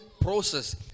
process